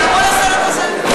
זה מאתמול, הסרט הזה?